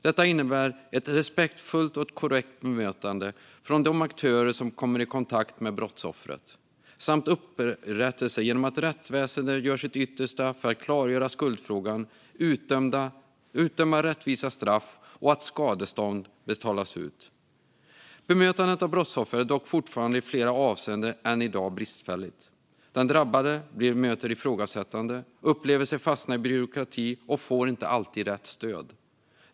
Detta innebär ett respektfullt och korrekt bemötande från de aktörer som kommer i kontakt med brottsoffret samt upprättelse genom att rättsväsendet gör sitt yttersta för att klargöra skuldfrågan, utdöma rättvisa straff och se till att skadestånd betalas ut. Bemötandet av brottsoffer är dock fortfarande i flera avseenden än i dag bristfälligt. Den drabbade möter ifrågasättande, upplever sig fastna i byråkrati och får inte alltid rätt stöd.